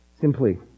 Simply